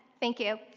thank you.